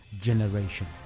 generation